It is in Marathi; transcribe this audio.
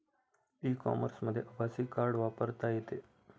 ई कॉमर्समध्ये आभासी कार्ड वापरता येते